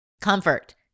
comfort